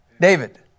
David